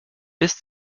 bis